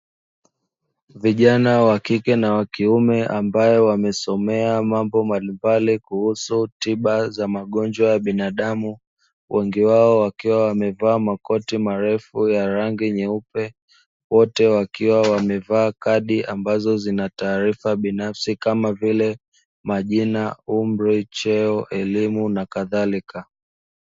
Vijana wa kike na wa kiume ambayo wamesomea mambo mbalimbali kuhusu tiba za magonjwa ya binadamu, wengi wao wakiwa wamevaa makoti marefu ya rangi nyeupe, wote wakiwa wamevaa kadi ambazo zina taarifa binafsi kama vile: majina, umri, cheo, elimu, na kadhalika.